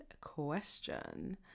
question